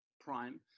prime